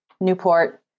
Newport